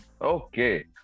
Okay